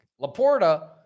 Laporta